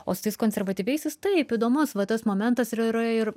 o su tais konservatyviaisiais taip įdomus va tas momentas ir yra ir